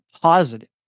positive